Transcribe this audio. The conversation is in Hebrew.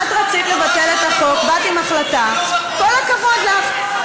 את רצית לבטל את החוק, באת עם החלטה, כל הכבוד לך.